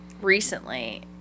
recently